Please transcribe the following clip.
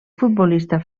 futbolista